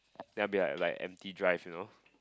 then will be like like empty drive you know